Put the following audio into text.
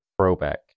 throwback